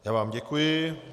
Já vám děkuji.